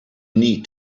need